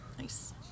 nice